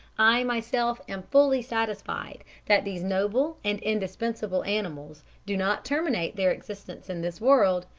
i myself am fully satisfied that these noble and indispensable animals do not terminate their existence in this world,